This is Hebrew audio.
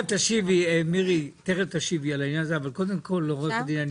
תתייחס עורכת הדין וינברגר.